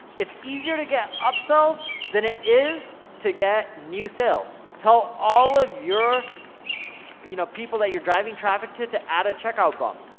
it's easier to get upsells than it is to get new sales. tell all of your you know people that you're driving traffic to to add a checkout bump.